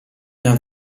una